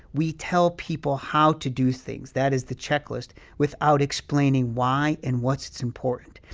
we tell people how to do things that is, the checklist without explaining why and what's important.